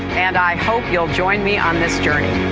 and i hope you'll join me on this journey.